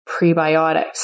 prebiotics